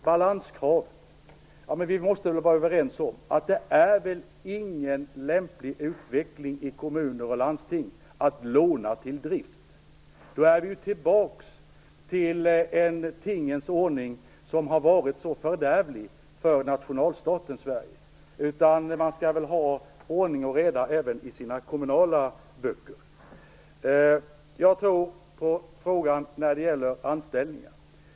Vad gäller balanskravet måste vi väl vara överens om att det inte är någon lämplig utveckling i kommuner och landsting att låna till drift. Då är vi ju tillbaks i en tingens ordning som har varit så fördärvlig för nationalstaten Sverige. Man skall väl ha ordning och reda även i sina kommunala böcker. En fråga gällde anställningar.